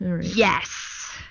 Yes